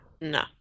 No